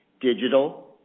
digital